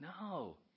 No